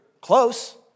close